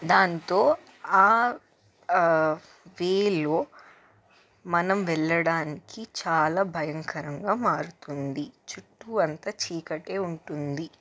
దాంతో ఆ వేలో మనం వెళ్లడానికి చాలా భయంకరంగా మారుతుంది చుట్టూ అంతా చీకటే ఉంటుంది